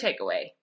takeaway